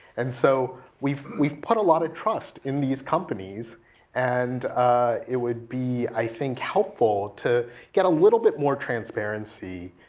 and so we've we've put a lot of trust in these companies and it would be, i think, helpful to get a little bit more transparency.